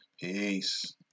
peace